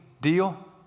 deal